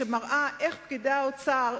שמראה איך פקידי האוצר,